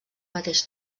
mateix